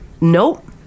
Nope